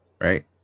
right